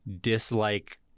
dislike